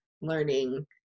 learning